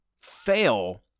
fail